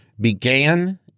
began